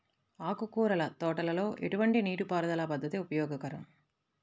ఆకుకూరల తోటలలో ఎటువంటి నీటిపారుదల పద్దతి ఉపయోగకరం?